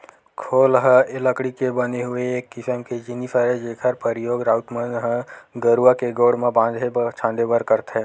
खोल ह लकड़ी के बने हुए एक किसम के जिनिस हरय जेखर परियोग राउत मन ह गरूवा के गोड़ म बांधे छांदे बर करथे